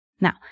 Now